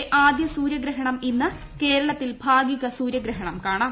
ഈ ദശകത്തിലെ ആദ്യ സൂര്യഗ്രഹണം ഇന്ന് കേരളത്തിൽ ഭാഗിക സൂര്യഗ്രഹണം കാണാം